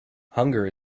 hunger